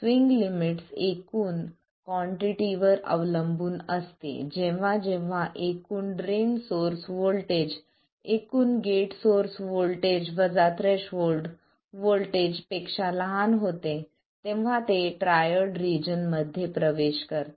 swing limits एकूण कॉन्टिटीवर अवलंबून असते जेव्हा जेव्हा एकूण ड्रेन सोर्स व्होल्टेज एकूण गेट सोर्स व्होल्टेज वजा थ्रेशोल्ड व्होल्टेज पेक्षा लहान होते तेव्हा ते ट्रायोड रिजन मध्ये प्रवेश करते